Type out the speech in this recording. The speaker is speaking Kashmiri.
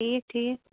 ٹھیٖک ٹھیٖک